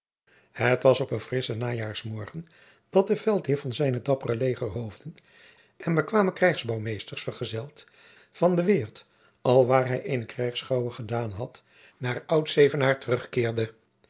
het was op een frisschen najaarsmorgen dat de veldheer van zijne dappere legerhoofden en bekwame krijgsbouwmeesters vergezeld van den weert alwaar hij eene krijgsschouwe gedaan had naar oud zevenaar terugkeerde